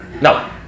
No